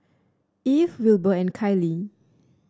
Eve Wilber and Kiley